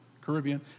Caribbean